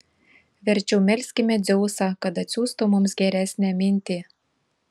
verčiau melskime dzeusą kad atsiųstų mums geresnę mintį